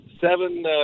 seven